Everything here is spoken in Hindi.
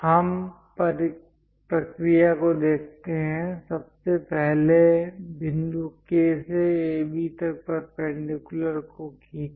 हम प्रक्रिया को देखते हैं सबसे पहले बिंदु K से AB तक परपेंडिकुलर को खींचें